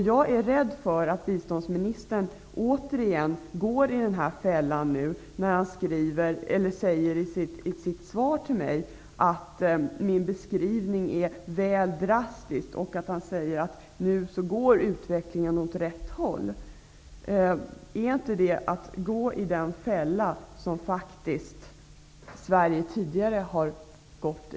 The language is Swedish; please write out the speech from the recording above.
Jag är rädd för att biståndsministern återigen går i denna fälla, när han i sitt svar till mig förklarar att min beskrivning är ''väl drastisk'' och att utvecklingen nu går ''åt rätt håll''. Är inte detta att gå i den fälla som Sverige faktiskt tidigare har gått i?